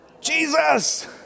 Jesus